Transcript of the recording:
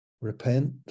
repent